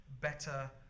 better